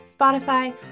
Spotify